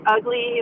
ugly